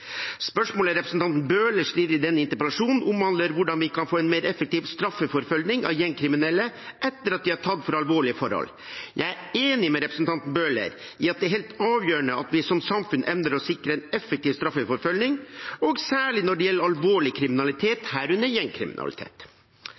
Spørsmålet representanten Bøhler stiller i denne interpellasjonen, omhandler hvordan vi kan få en mer effektiv straffeforfølging av gjengkriminelle etter at de er tatt for alvorlige forhold. Jeg er enig med representanten Bøhler i at det er helt avgjørende at vi som samfunn evner å sikre en effektiv straffeforfølging, særlig når det gjelder alvorlig kriminalitet,